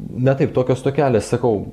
na taip tokios tokelės sakau